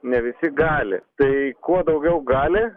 ne visi gali tai kuo daugiau gali